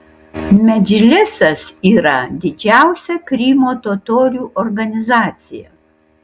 medžlisas yra didžiausia krymo totorių organizacija